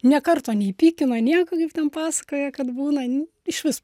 nė karto nei pykino nieko kaip ten pasakoja kad būna išvis